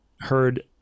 heard